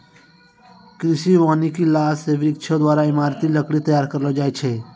कृषि वानिकी लाभ से वृक्षो द्वारा ईमारती लकड़ी तैयार करलो जाय छै